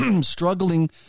struggling